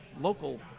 local